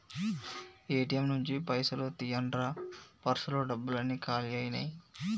ATM నుంచి పైసలు తీయండ్రా పర్సులో డబ్బులన్నీ కాలి అయ్యినాయి